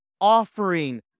offering